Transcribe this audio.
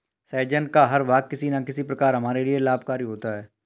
सहजन का हर भाग किसी न किसी प्रकार हमारे लिए लाभकारी होता है